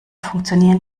funktionieren